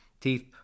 Teeth